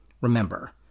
Remember